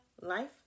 life